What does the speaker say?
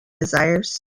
desires